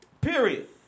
Period